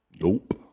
Nope